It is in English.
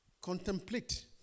Contemplate